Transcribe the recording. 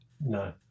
No